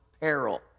peril